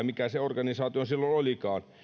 mikä se organisaatio silloin olikaan kilpailuttama